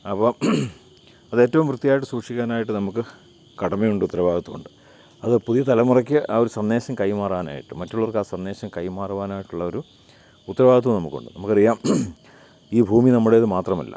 അപ്പം അതേറ്റവും വൃത്തിയായിട്ട് സൂക്ഷിക്കാനായിട്ട് നമുക്ക് കടമയുണ്ട് ഉത്തരവാദിത്വവുമുണ്ട് അത് പുതിയ തലമുറയ്ക്ക് ആവൊരു സന്ദേശം കൈമാറാനായിട്ട് മറ്റുള്ളവർക്ക് ആ സന്ദേശം കൈമാറുവാനായിട്ടുള്ള ഒരു ഉത്തരവാദിത്വം നമുക്കുണ്ട് നമുക്കറിയാം ഈ ഭൂമി നമ്മുടേത് മാത്രമല്ല